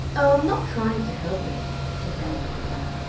oh, i'm not trying to help it, said ann veronica.